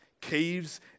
caves